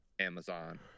Amazon